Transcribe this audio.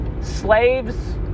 slaves